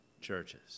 churches